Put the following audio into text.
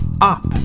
up